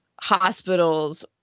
hospitals